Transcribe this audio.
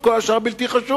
שחשוב, כל השאר בלתי חשוב.